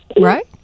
right